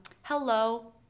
Hello